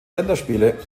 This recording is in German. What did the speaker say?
länderspiele